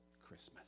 Christmas